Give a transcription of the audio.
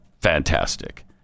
fantastic